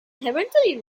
inherently